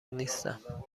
نیستم